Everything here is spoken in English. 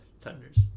tenders